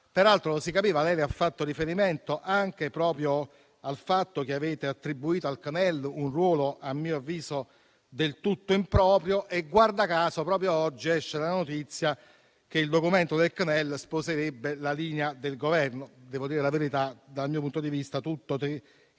Peraltro - si capiva - lei si è riferita anche al fatto che avete attribuito al CNEL un ruolo, a mio avviso, del tutto improprio e, guarda caso, proprio oggi esce la notizia che il documento del CNEL sposerebbe la linea del Governo (devo dire la verità, dal mio punto di vista è tutto